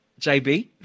JB